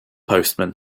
postman